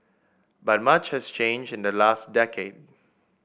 but much has changed in the last decade